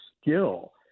skill